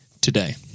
today